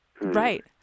Right